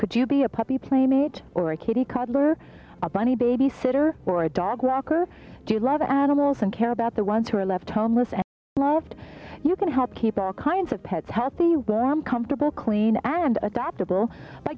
could you be a puppy playmate or a kitty cobbler or bunny babysitter or a dog rock or do you love animals and care about the ones who are left homeless you can help keep all kinds of pets harpy warm comfortable clean and adoptable by